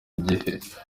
igihe